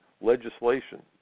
legislation